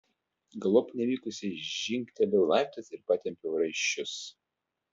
galop nevykusiai žingtelėjau laiptais ir patempiau raiščius